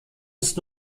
ist